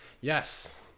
Yes